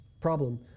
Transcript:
problem